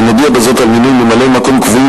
אני מודיע בזאת על מינוי ממלאי-מקום קבועים